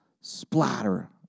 splatter